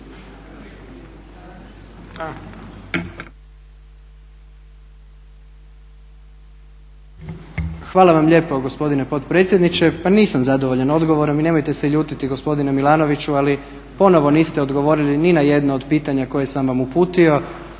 Hvala vam lijepa gospodine potpredsjedniče. Pa nisam zadovoljan odgovorom, i nemojte se ljutiti gospodine Milanoviću ali ponovno niste odgovorili ni na jedno od pitanja koje sam vam uputio